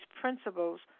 principles